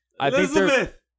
Elizabeth